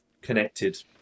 connected